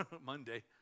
Monday